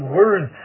words